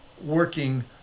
working